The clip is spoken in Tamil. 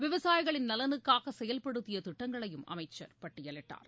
விவசாயிகளின் நலனுக்காக செயல்படுத்திய திட்டங்களையும் அமைச்சர் பட்டியலிட்டார்